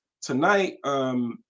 tonight –